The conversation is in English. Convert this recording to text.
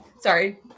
sorry